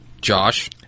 Josh